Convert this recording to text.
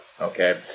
okay